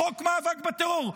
יש חוק מאבק בטרור.